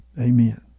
Amen